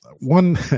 One